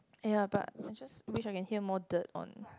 ya but which I can hear more dirt on